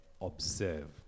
observe